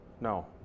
No